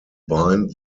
bind